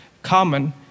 common